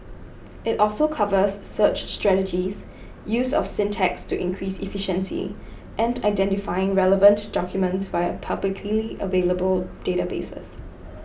it also covers search strategies use of syntax to increase efficiency and identifying relevant documents via publicly available databases